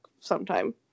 sometime